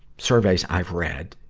surveys i've read.